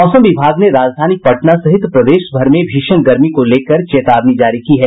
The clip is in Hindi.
मौसम विभाग ने राजधानी पटना सहित प्रदेशभर में भीषण गर्मी को लेकर चेतावनी जारी की है